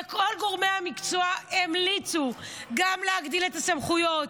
וכל גורמי המקצוע המליצו גם להגדיל את הסמכויות.